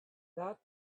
that